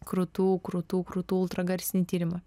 krūtų krūtų krūtų ultragarsinį tyrimą